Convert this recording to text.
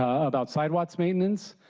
about sidewalk maintenance.